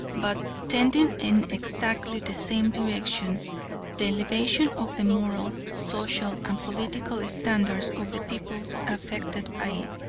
but tending in exactly the same direction the elevation of the moral, social, and political standards of the peoples affected by it.